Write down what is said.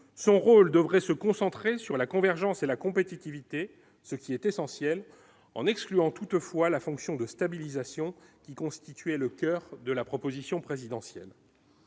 son rôle devrait se concentrer sur la convergence et la compétitivité, ce qui est essentiel, en excluant toutefois la fonction de stabilisation qui constituaient le coeur de la proposition présidentielle